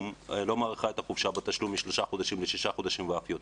מאריכה את החופשה בתשלום משלושה חודשים לשישה חודשים ואף יותר.